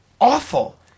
awful